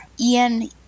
Ian